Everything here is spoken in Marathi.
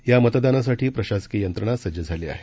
यामतदानासाठीप्रशासकीययंत्रणासज्जझालीआहे